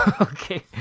Okay